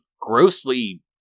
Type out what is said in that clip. grossly